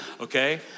okay